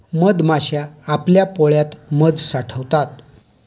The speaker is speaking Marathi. मधमाश्या आपल्या पोळ्यात मध साठवतात